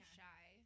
shy